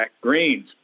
greens